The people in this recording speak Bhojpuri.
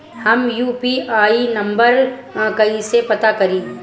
हम यू.पी.आई नंबर कइसे पता करी?